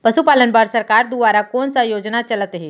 पशुपालन बर सरकार दुवारा कोन स योजना चलत हे?